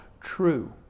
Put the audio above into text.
true